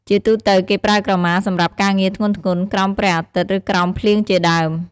ជាទូទៅ គេប្រើក្រមាសម្រាប់ការងារធ្ងន់ៗ ក្រោមព្រះអាទិត្យ ឬ ក្រោមភ្លៀងជាដើម។